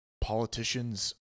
politicians